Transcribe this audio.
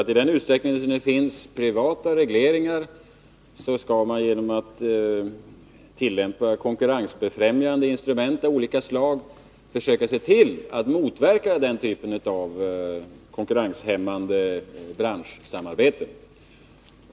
I den utsträckning som det finns privata regleringar skall man, genom att tillämpa konkurrensbefrämjande instrument av olika slag, försöka motverka den typen av konkurrenshämmande branschsamarbete.